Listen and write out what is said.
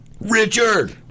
Richard